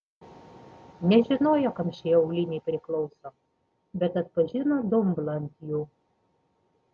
nežinojo kam šie auliniai priklauso bet atpažino dumblą ant jų